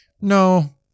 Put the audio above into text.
no